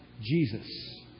Jesus